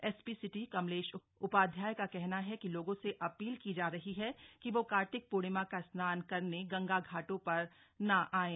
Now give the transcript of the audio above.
SP city Kamlesh उपाध्यक्ष का कहना ह कि लोगों से अपील की जा रही ह कि वो कार्तिक पूर्णिमा का स्नान करने गंगा घाटों पर न आये